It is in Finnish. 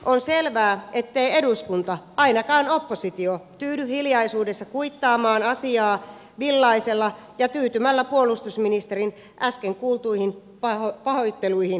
on selvää ettei eduskunta ainakaan oppositio tyydy hiljaisuudessa kuittaamaan asiaa villaisella tyytymällä puolustusministerin äsken kuultuihin pahoitteluihin asiassa